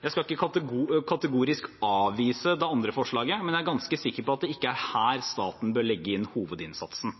Jeg skal ikke kategorisk avvise det andre forslaget, men jeg er ganske sikker på at det ikke er her staten bør legge inn hovedinnsatsen.